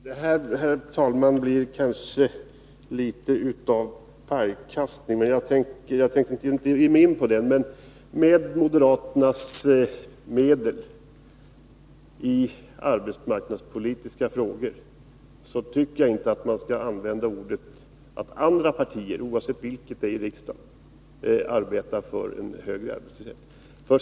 Herr talman! Det här blir kanske litet av pajkastning, och jag tänkte inte ge mig in på någon sådan, men trots att jag känner till de medel moderaterna använder i arbetsmarknadspolitiska frågor tycker jag inte att de skall försöka framställa det så att andra partier i riksdagen, oavsett vilka, arbetar för en högre arbetslöshet.